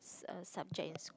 s~ uh subject in school